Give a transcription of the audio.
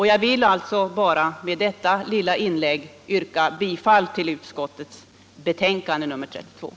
Jag vill med detta korta inlägg yrka bifall till utskottets hemställan.